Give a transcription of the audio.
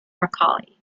broccoli